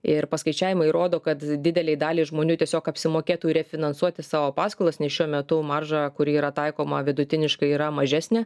ir paskaičiavimai rodo kad didelei daliai žmonių tiesiog apsimokėtų refinansuoti savo paskolas nes šiuo metu marža kuri yra taikoma vidutiniškai yra mažesnė